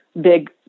big